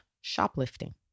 shoplifting